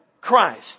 Christ